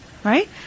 Right